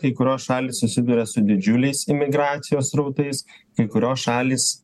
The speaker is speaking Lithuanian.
kai kurios šalys susiduria su didžiuliais imigracijos srautais kai kurios šalys